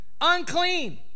unclean